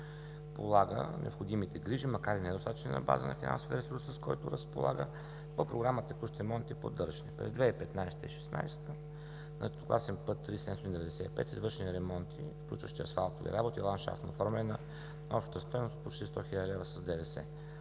полага необходимите грижи, макар и недостатъчни на база на финансовия ресурс, с който разполага по програма „Текущ ремонт и поддържане“. През 2015 и 2016 г. на второкласен път 3795 са извършени ремонти, включващи асфалтови работи, ландшафтно оформяне на обща стойност почти 100 хил. лв. с ДДС.